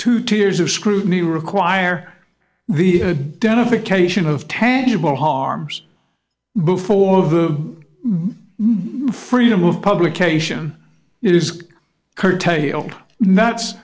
two tiers of scrutiny require the benefit cation of tangible harms before the freedom of publication is curtailed